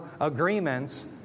agreements